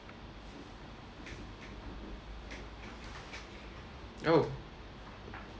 oh